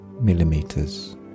millimeters